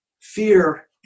Fear